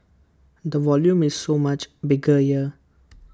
the volume is so much bigger here